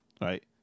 right